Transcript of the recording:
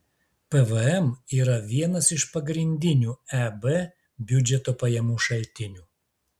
pvm yra vienas iš pagrindinių eb biudžeto pajamų šaltinių